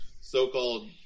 so-called